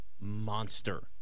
monster